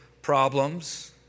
Problems